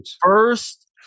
first